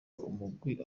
umurwi